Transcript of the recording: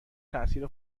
تأثیر